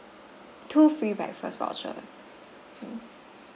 two free breakfast voucher